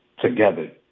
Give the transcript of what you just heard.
together